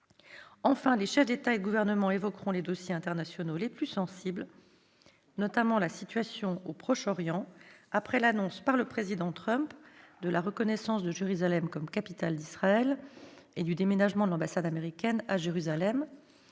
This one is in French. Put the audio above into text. Enfin, les chefs d'État ou de gouvernement évoqueront les dossiers internationaux les plus sensibles, notamment la situation au Proche-Orient après l'annonce par le Président Trump de la reconnaissance de Jérusalem comme capitale d'Israël et du déménagement de l'ambassade américaine à Jérusalem.